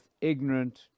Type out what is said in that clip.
ignorant